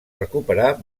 recuperar